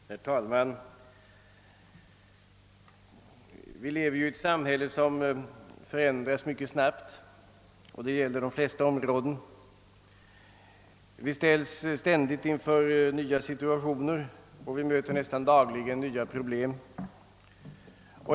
Herr talman! Vi lever i ett samhälle som förändras mycket snabbt och detta gäller de flesta områden. Vi ställs ständigt inför nya situationer och vi möter nästan dagligen nya problem.